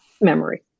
Memory